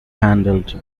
handled